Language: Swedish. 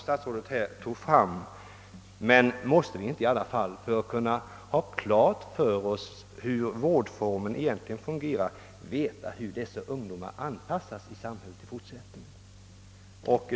Statsrådet lämnade också några uppgifter från kriminalregistret, men för att få klarhet i hur vårdformen egentligen verkar måste vi väl ändå veta hur ungdomarna anpassas i samhället i fortsättningen.